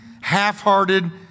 half-hearted